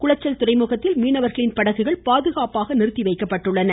குளச்சல் துறைமுகத்தில் மீனவர்களின் படகுகள் பாதுகாப்பாக நிறுத்தி வைக்கப்பட்டுள்ளன